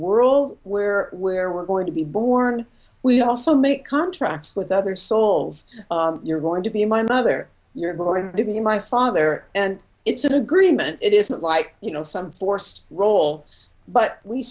world where we're we're going to be born we also make contracts with other souls you're going to be my mother you're going to be my father and it's an agreement it is not like you know some forced role but we